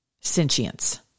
Sentience